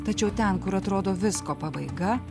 tačiau ten kur atrodo visko pabaiga